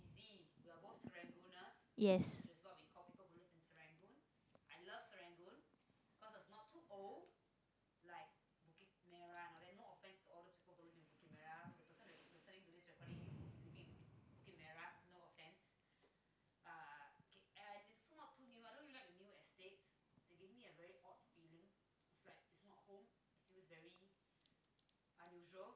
yes